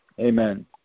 Amen